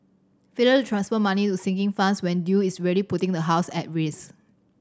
failure to transfer money to sinking funds when due is really putting the house at risk